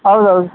ಹೌದು